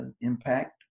impact